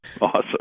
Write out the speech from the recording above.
Awesome